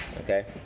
Okay